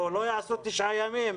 או לא יעשו תשעה ימים.